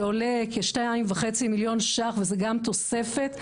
שעולה כשתיים וחצי מיליון ₪ וזה גם תוספת.